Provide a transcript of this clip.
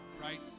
right